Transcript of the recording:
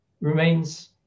Remains